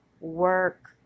work